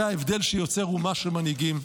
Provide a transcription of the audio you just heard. זה ההבדל שיוצר אומה של מנהיגים.